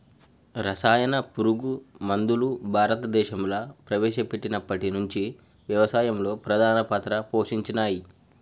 రసాయన పురుగు మందులు భారతదేశంలా ప్రవేశపెట్టినప్పటి నుంచి వ్యవసాయంలో ప్రధాన పాత్ర పోషించినయ్